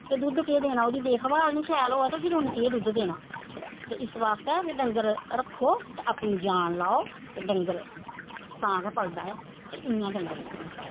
ते दुद्ध केह् देना ओह्दी देखभाल गै निं शैल होऐ ते उन्न केह् दुद्ध देना ते इस बास्तै डंगर रक्खो ते अपनी जान लाओ ते डंगर तां गै पलदा ऐ ते इयां डंगर निं पलदा